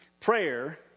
Prayer